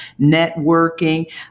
networking